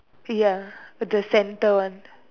ya the centre one